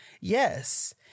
Yes